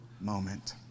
moment